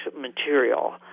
material